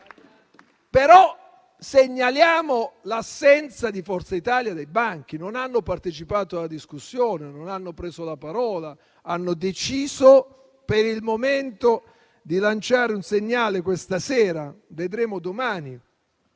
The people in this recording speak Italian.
però segnaliamo l'assenza di Forza Italia dai suoi banchi. I senatori di tale Gruppo non hanno partecipato alla discussione, non hanno preso la parola e hanno deciso per il momento di lanciare un segnale questa sera. Vedremo domani.